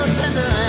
tender